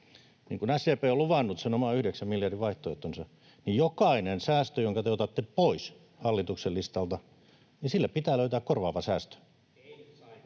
niin kun SDP on luvannut sen oman yhdeksän miljardin vaihtoehtonsa, niin jokaiselle säästölle, jonka te otatte pois hallituksen listalta, pitää löytää korvaava säästö, [Timo